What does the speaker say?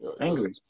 Angry